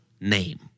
name